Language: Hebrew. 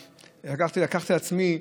שלקחתי על עצמי,